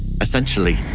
Essentially